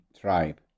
tribe